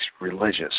religious